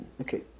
Okay